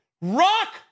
Rock